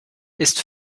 ist